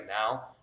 now